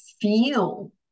feel